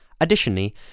Additionally